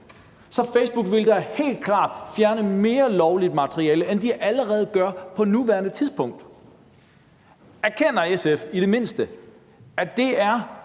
Så Facebook vil da helt klart fjerne mere lovligt materiale, end de allerede gør på nuværende tidspunkt. Erkender SF i det mindste, at det er